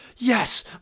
Yes